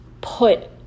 put